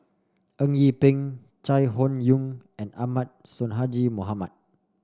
Eng Yee Peng Chai Hon Yoong and Ahmad Sonhadji Mohamad